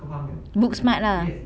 book smart lah